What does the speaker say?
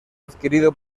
adquirido